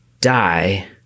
die